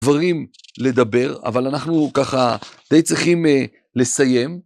דברים לדבר אבל אנחנו ככה די צריכים לסיים.